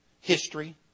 history